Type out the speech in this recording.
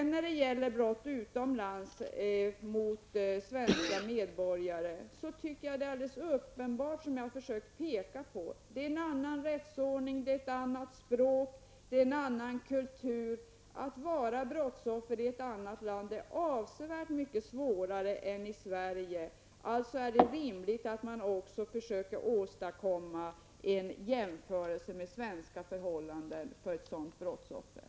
När det gäller brott utomlands begångna mot svenska medborgare anser jag att det är alldeles uppenbart, vilket jag har försökt peka på, att det är fråga om en annan rättsordning, ett annat språk och en annan kultur. Att vara brottsoffer i ett annat land är avsevärt mycket svårare än i Sverige. Det är därför rimligt att man försöker åstadkomma en med svenska förhållanden jämförbar situation för ett sådant brottsoffer.